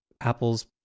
apple's